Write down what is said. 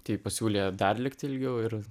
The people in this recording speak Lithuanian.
tai pasiūlė dar likti ilgiau ir